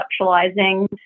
conceptualizing